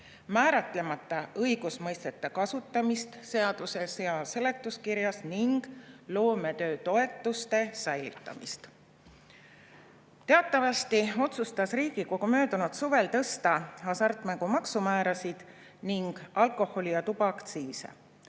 määratlemata õigusmõistete kasutamist seaduses ja seletuskirjas ning loometöötoetuse säilitamist. Teatavasti otsustas Riigikogu möödunud suvel tõsta hasartmängumaksu määrasid ning alkoholi- ja tubakaaktsiisi.